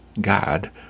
God